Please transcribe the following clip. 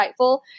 insightful